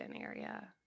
area